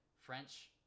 French